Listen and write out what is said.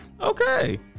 Okay